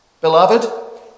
Beloved